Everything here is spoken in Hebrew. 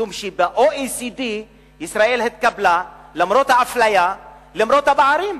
משום של-OECD ישראל התקבלה למרות האפליה ולמרות הפערים.